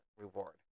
reward